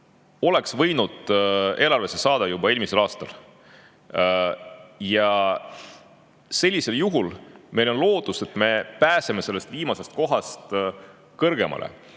oleks võinud eelarvesse saada juba eelmisel aastal. Sellisel juhul oleks meil lootust, et me pääseme sellest viimasest kohast kõrgemale.